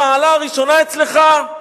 במעלה ראשונה אצלך,